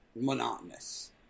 monotonous